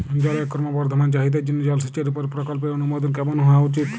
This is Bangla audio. জলের ক্রমবর্ধমান চাহিদার জন্য জলসেচের উপর প্রকল্পের অনুমোদন কেমন হওয়া উচিৎ?